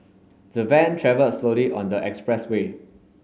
the van travelled slowly on the expressway